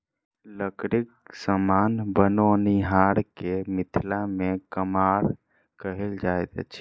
लकड़ीक समान बनओनिहार के मिथिला मे कमार कहल जाइत अछि